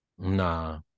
nah